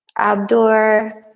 abdur,